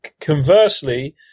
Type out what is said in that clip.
conversely